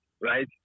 right